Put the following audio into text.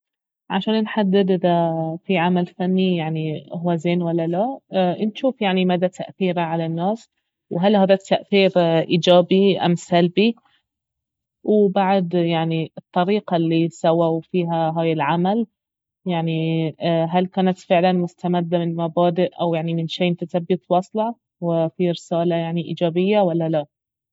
عشان نحدد اذا في عمل فني يعني اهو زين ولا لا نجوف يعني مدى تاثيره على الناس وهل هذا التاثير إيجابي ام سلبي وبعد يعني الطريقة الي سووا فيها هاي العمل يعني هل كانت فعلا مستمدة من مبادئ او يعني من شي انت تبي توصله وفيه رسالة يعني إيجابية ولا لا